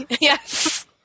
Yes